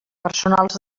personals